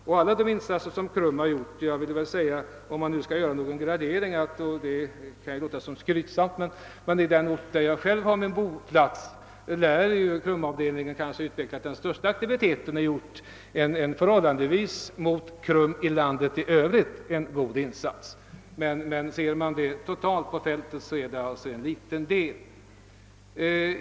Av alla de insatser som KRUM gjort har KRUM-avdelningen på den ort där jag är bosatt — det kan låta skrytsamt men jag vill ändå säga det — utvecklat den i förhållande till KRUM:s verksamhet i landet i övrigt största aktiviteten. Totalt sett är det dock fråga om en liten del av vad som gjorts på detta område.